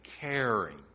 caring